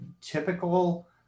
typical